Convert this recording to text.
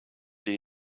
die